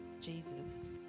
Jesus